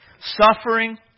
Suffering